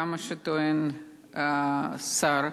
כמו שטוען השר,